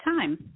Time